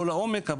לא לעומק,